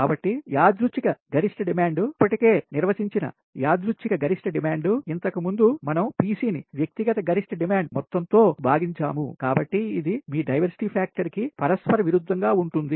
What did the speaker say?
కాబట్టి యాదృచ్చిక గరిష్ట డిమాండ్ ఇప్పటికే నిర్వచించిన యాదృచ్చిక గరిష్ట డిమాండ్ ఇంతకుముందు మనం Pc ని వ్యక్తిగత గరిష్ట డిమాండ్ మొత్తం తో బాగించాము కాబట్టి ఇది మీ డైవర్సిటీ ఫ్యాక్టర్ కి పరస్పర విరుద్ధంగా ఉంటుంది